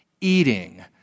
eating